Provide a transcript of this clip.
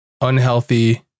unhealthy